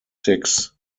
six